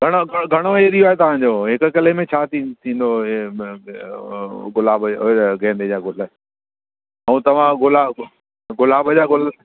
घणो घणो एरियो आहे तव्हांजो हिकु किले में छा थी थींदो आहे गुलाब जो और गेंदे जा ग़ुल ऐं तव्हां गुलाब गुलाब जा ग़ुल